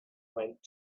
went